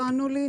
לא ענו לי,